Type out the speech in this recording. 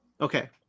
Okay